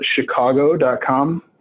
chicago.com